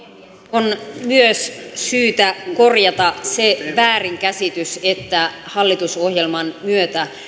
on myös syytä korjata se väärinkäsitys että hallitusohjelman myötä